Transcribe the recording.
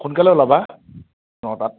সোনকালে ওলাবা নটাত